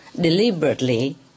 deliberately